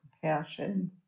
compassion